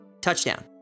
touchdown